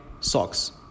socks